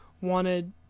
wanted